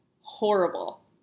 Horrible